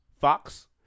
Fox